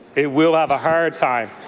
it will have a hard time.